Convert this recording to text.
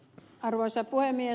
arvoisa puhemies